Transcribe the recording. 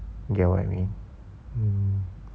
get what I mean mm